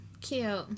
cute